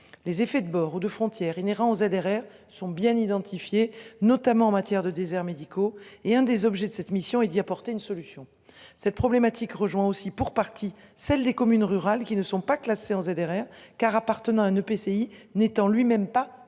les effets de bord de frontières inhérents aux ZRR sont bien identifiés, notamment en matière de déserts médicaux et un des objets de cette mission et d'y apporter une solution. Cette problématique rejoint aussi pour partie, celle des communes rurales qui ne sont pas classées en ZRR car appartenant un EPCI n'étant lui-même pas